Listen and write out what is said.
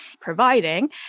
providing